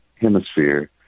hemisphere